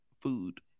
food